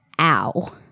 ow